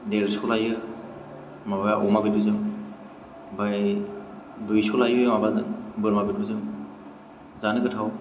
देरस' लायो माबाया अमा बेदरजों ओमफ्राय दुइस' लायो माबाजों बोरमा बेदरजों जानो गोथाव